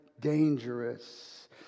dangerous